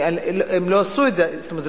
זאת אומרת,